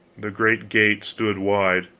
the great gate stood wide